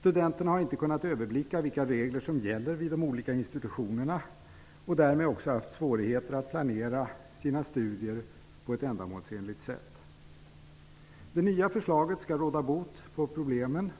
Studenterna har inte kunnat överblicka vilka regler som gäller vid de olika institutionerna, och därmed också haft svårigheter att planera sina studier på ett ändamålsenligt sätt. Det nya förslaget skall råda bot på problemen.